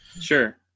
sure